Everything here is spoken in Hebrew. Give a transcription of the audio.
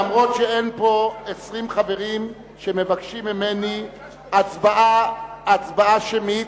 אף-על-פי שאין פה 20 חברים שמבקשים ממני הצבעה שמית,